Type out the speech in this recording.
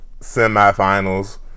semifinals